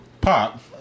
Pop